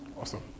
Awesome